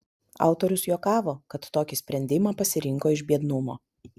autorius juokavo kad tokį sprendimą pasirinko iš biednumo